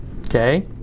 Okay